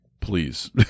please